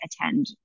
attend